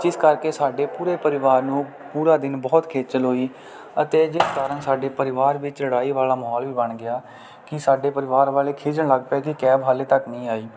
ਜਿਸ ਕਰਕੇ ਸਾਡੇ ਪੂਰੇ ਪਰਿਵਾਰ ਨੂੰ ਪੂਰਾ ਦਿਨ ਬਹੁਤ ਖੇਚਲ ਹੋਈ ਅਤੇ ਜਿਸ ਕਾਰਨ ਸਾਡੇ ਪਰਿਵਾਰ ਵਿੱਚ ਲੜਾਈ ਵਾਲਾ ਮਾਹੌਲ ਵੀ ਬਣ ਗਿਆ ਕਿ ਸਾਡੇ ਪਰਿਵਾਰ ਵਾਲੇ ਖਿਝਣ ਲੱਗ ਪਏ ਕਿ ਕੈਬ ਹਜੇ ਤੱਕ ਨਹੀ ਆਈ